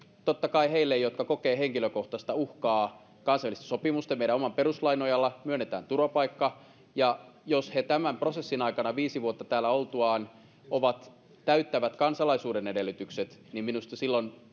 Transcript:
totta kai heille jotka kokevat henkilökohtaista uhkaa kansainvälisten sopimusten ja meidän oman perustuslain nojalla myönnetään turvapaikka ja jos he tämän prosessin aikana viisi vuotta täällä oltuaan täyttävät kansalaisuuden edellytykset niin silloin